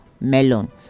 melon